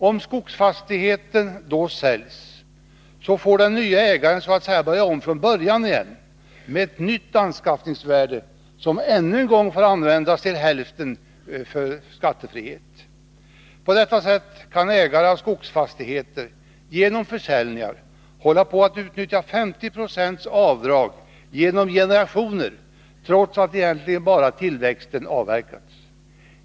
Om skogsfastigheten då säljs, får den nye ägaren så att säga börja om från början igen med ett nytt anskaffningsvärde, som ännu en gång får användas till hälften med skattefrihet. På detta sätt kan ägare av skogsfastigheter genom försäljningar hålla på att utnyttja 50 90 avdrag genom generationer, trots att egentligen bara tillväxten har avverkats.